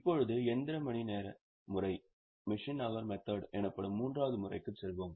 இப்போது இயந்திர மணிநேர முறை எனப்படும் மூன்றாவது முறைக்கு செல்வோம்